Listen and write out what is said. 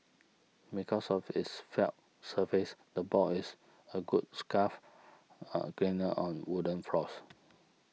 because of its felt surface the ball is a good scuff cleaner on wooden floors